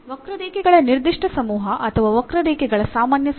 ವಕ್ರರೇಖೆಗಳ ನಿರ್ದಿಷ್ಟ ಸಮೂಹ ಅಥವಾ ವಕ್ರರೇಖೆಗಳ ಸಾಮಾನ್ಯ ಸಮೂಹ